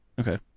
Okay